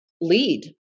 lead